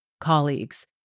colleagues